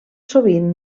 sovint